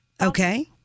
Okay